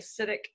acidic